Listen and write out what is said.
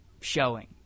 showing